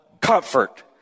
comfort